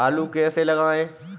आलू कैसे लगाएँ?